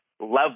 level